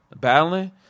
battling